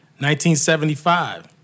1975